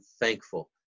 thankful